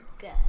Good